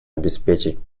обеспечить